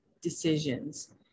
decisions